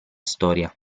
storia